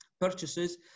purchases